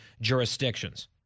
jurisdictions